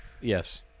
Yes